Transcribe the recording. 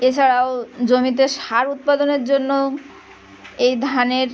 এছাড়াও জমিতে সার উৎপাদনের জন্য এই ধানের